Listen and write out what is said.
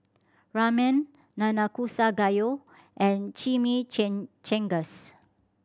Ramen Nanakusa Gayu and Chimichangas